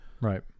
Right